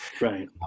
Right